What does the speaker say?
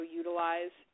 utilize